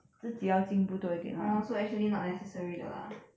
orh so actually not necessary de lah